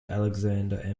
alexander